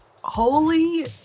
holy